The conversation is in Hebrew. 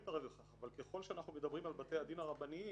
אבל ככל שאנחנו מדברים על בתי הדין הרבניים,